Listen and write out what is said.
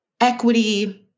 equity